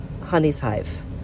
honeyshive